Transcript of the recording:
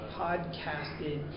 podcasted